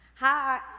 Hi